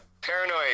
Paranoid